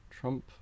Trump